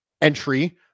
entry